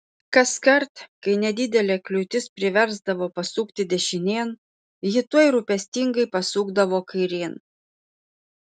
kaskart kai nedidelė kliūtis priversdavo pasukti dešinėn ji tuoj rūpestingai pasukdavo kairėn